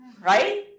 Right